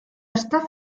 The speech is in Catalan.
està